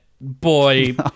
boy